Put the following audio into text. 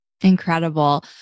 Incredible